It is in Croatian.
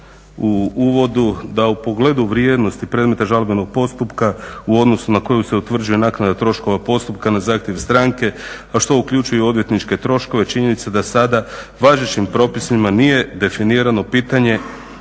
u uvodu da u pogledu vrijednosti predmeta žalbenog postupka u odnosu na koji se utvrđuje naknada troškova postupka na zahtjev stranke a što uključuje i odvjetničke troškove, činjenica je da sada važećim propisima nije definirano pitanje